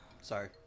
Sorry